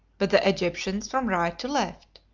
but the egyptians from right to left.